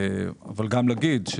אני רוצה גם להגיד,